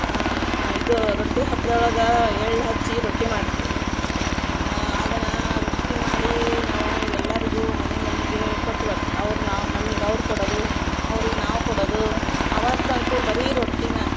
ಆ ಇದು ರೊಟ್ಟಿ ಹಬ್ದೊಳಗಾ ಎಳ್ಳು ಹಚ್ಚಿ ರೊಟ್ಟಿ ಮಾಡ್ತೀವಿ ಅದನಾ ರೊಟ್ಟಿ ಮಾಡಿ ನಾವು ಎಲ್ಲಾರಿಗೂ ಮನಿ ಮನಿಗೆ ಕೊಟ್ಟು ಬರ್ತಿವಿ ಅವ್ರು ನಾವು ನಮಗ್ ಅವ್ರು ಕೊಡದು ಅವ್ರಿಗೆ ನಾವು ಕೊಡದೂ ಆವತಂಕು ಬರೀ ರೊಟ್ಟೀನ